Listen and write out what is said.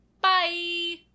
Bye